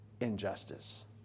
injustice